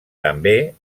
també